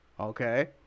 okay